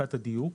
מבחינת הדיוק.